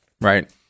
right